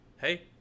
hey